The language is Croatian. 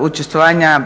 učestvovanja